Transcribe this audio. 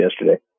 yesterday